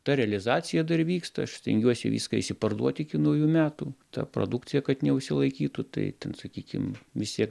ta realizacija dar vyksta aš stengiuosi viską išsiparduot iki naujų metų ta produkcija kad neužsilaikytų tai ten sakykim vis tiek